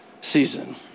season